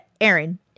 Aaron